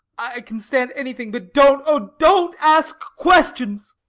i can stand anything, but don't, oh, don't ask questions!